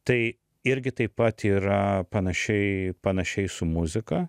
tai irgi taip pat yra panašiai panašiai su muzika